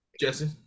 Jesse